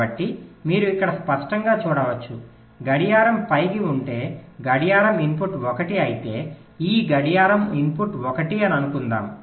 కాబట్టి మీరు ఇక్కడ స్పష్టంగా చూడవచ్చు గడియారం పైకి ఉంటే గడియారపు ఇన్పుట్ 1 అయితే ఈ గడియారపు ఇన్పుట్ 1 అని అనుకుందాము